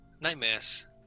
nightmares